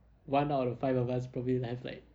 one out of the five of us probably will have like